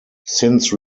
since